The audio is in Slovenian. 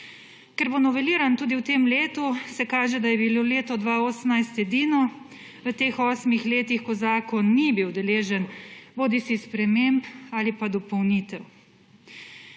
Ker bo noveliran tudi v tem letu, se kaže, da je bilo leto 2018 edino v teh osmih letih, ko zakon ni bil deležen bodisi sprememb ali pa dopolnitev.